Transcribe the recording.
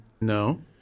No